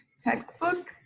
textbook